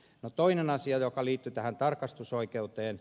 no toinen asia joka liittyi tähän tarkastusoikeuteen